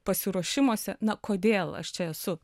pasiruošimuose na kodėl aš čia esu